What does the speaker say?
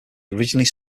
originally